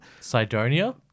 Cydonia